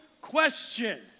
question